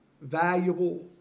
valuable